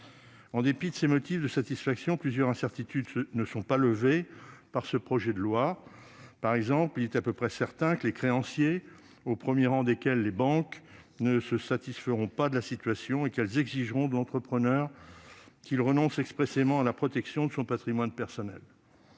En dépit de ces motifs de satisfaction, plusieurs incertitudes ne sont pas levées par le projet de loi. Par exemple, il est à peu près certain que les créanciers, au premier rang desquels figurent les banques, ne se satisferont pas de la situation et qu'elles exigeront de l'entrepreneur qu'il renonce expressément à la protection de son patrimoine personnel.